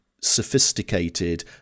sophisticated